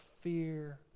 Fear